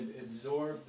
absorb